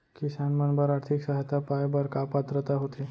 किसान मन बर आर्थिक सहायता पाय बर का पात्रता होथे?